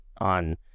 on